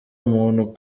umuntu